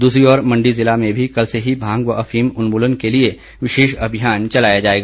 दूसरी ओर मंडी जिला में भी कल से ही भांग व अफीम उन्मूलन के लिए विशेष अभियान चलाया जाएगा